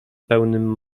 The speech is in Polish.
pełnym